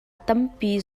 tampi